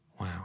Wow